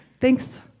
Thanks